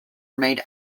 remained